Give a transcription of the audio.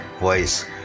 voice